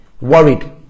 worried